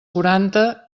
quaranta